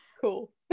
Cool